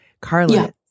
Carla